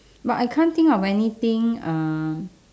but I can't think of anything um